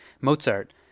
Mozart